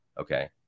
Okay